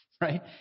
right